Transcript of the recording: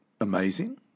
amazing